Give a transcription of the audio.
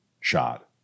shot